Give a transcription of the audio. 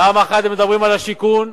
פעם אחת הם מדברים על השיכון,